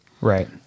right